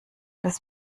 des